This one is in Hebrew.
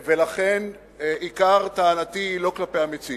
ולכן עיקר טענתי היא לא כלפי המציעים,